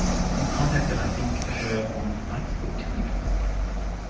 and contacted i think her on facebook. tell me about that case.